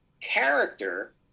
character